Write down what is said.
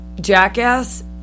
Jackass